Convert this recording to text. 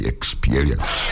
Experience